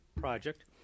project